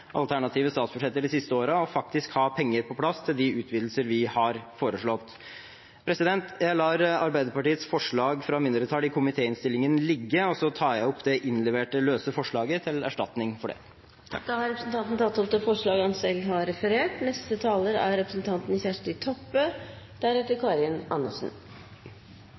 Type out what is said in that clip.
alternative statsbudsjetter de siste årene faktisk å ha penger på plass til de utvidelser vi har foreslått. Jeg lar Arbeiderpartiets forslag fra mindretallet i komitéinnstillingen ligge, og så tar jeg opp det innleverte forslaget til erstatning for det. Representanten Lasse Juliussen har tatt opp det forslaget han